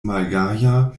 malgaja